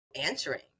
answering